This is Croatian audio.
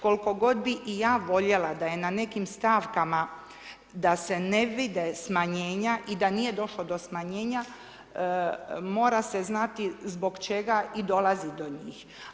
Koliko god bi i ja voljela da je na nekim stavkama da se ne vide smanjenja i da nije došlo do smanjenja mora se znati zbog čega i dolazi do njih.